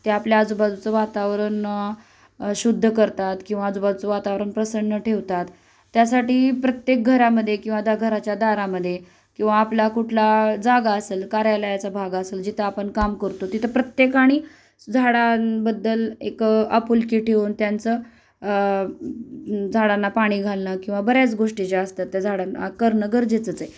ते आपल्या आजूबाजूचं वातावरण शुद्ध करतात किंवा आजूबाजूचं वातावरण प्रसन्न ठेवतात त्यासाठी प्रत्येक घरामध्ये किंवा द घराच्या दारामध्ये किंवा आपला कुठली जागा असेल कार्यालयाचा भाग असेल जिथं आपण काम करतो तिथं प्रत्येकानी झाडांबद्दल एक आपुलकी ठेऊन त्यांचं झाडांना पाणी घालणं किंवा बऱ्याच गोष्टी ज्या असतात त्या झाडांना करणं गरजेचंच आहे